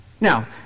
Now